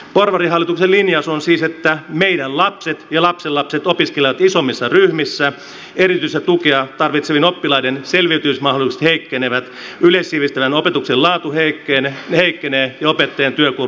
porvarihallituksen linjaus on siis se että meidän lapset ja lapsenlapset opiskelevat isommissa ryhmissä erityistä tukea tarvitsevien oppilaiden selviytymismahdollisuudet heikkenevät yleissivistävän opetuksen laatu heikkenee ja opettajien työkuorma lisääntyy